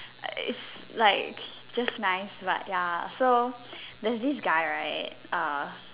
it's like just nice but ya so there's this guy right uh